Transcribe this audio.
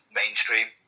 mainstream